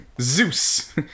Zeus